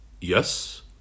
yes